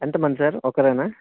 ఎంతమంది సార్ ఒక్కరేనా